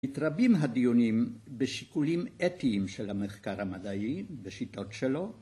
‫מתרבים הדיונים בשיקולים אתיים ‫של המחקר המדעי בשיטות שלו.